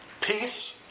peace